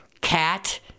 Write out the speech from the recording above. Cat